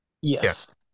Yes